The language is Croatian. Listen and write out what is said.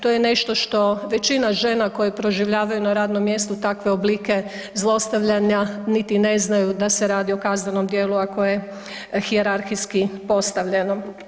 To je nešto što većina žena koje proživljavaju na radnom mjestu takve oblike zlostavljanja niti ne znaju da se radi o kaznenom djelu, a koje hijerarhijski postavljeno.